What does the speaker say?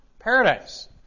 Paradise